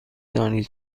دانی